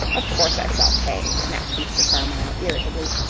of course i shall pay, snapped mr. carmyle, irritably.